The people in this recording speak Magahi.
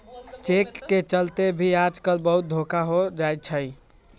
चेक के चलते भी आजकल बहुते धोखा हो जाई छई